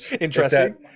Interesting